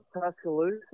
Tuscaloosa